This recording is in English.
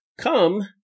come